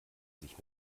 sich